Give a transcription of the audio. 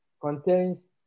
contains